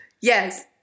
Yes